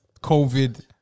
Covid